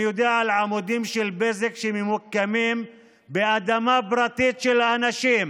אני יודע על עמודים של בזק שממוקמים באדמה פרטית של אנשים,